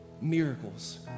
miracles